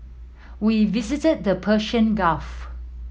we visited the Persian Gulf